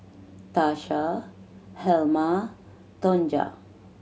Tasha Helma Tonja